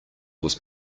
was